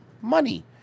money